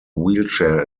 wheelchair